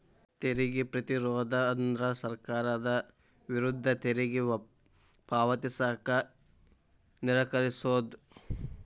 ತೆರಿಗೆ ಪ್ರತಿರೋಧ ಅಂದ್ರ ಸರ್ಕಾರದ ವಿರುದ್ಧ ತೆರಿಗೆ ಪಾವತಿಸಕ ನಿರಾಕರಿಸೊದ್